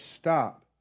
stop